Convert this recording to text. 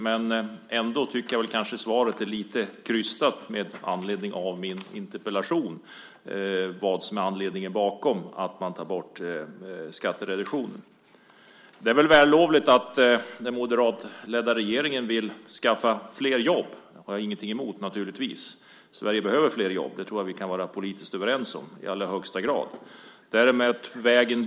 Men jag tycker ändå att svaret är lite krystat med anledning av min interpellation om vad som är skälet till att man tar bort skattereduktionen. Det är vällovligt att den moderatledda regeringen vill skaffa flera jobb. Det har jag naturligtvis ingenting emot. Sverige behöver flera jobb. Det tror jag att vi i allra högsta grad kan vara politiskt överens om.